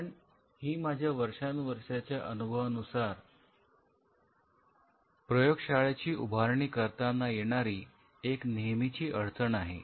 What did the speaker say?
कारण ही माझ्या वर्षानुवर्षाच्या अनुभवानुसार प्रयोगशाळेची उभारणी करताना येणारी एक नेहमीची अडचण आहे